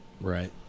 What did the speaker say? Right